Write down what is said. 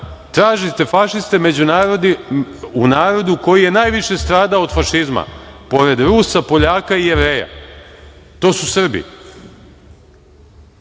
Tražite fašiste među u narodu koji je najviše stradao od fašizma. Pored Rusa, Poljaka i Jevreja, to su Srbi.